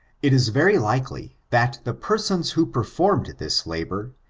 it is very likely, that the persons who performed this labor,